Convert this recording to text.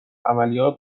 عملیات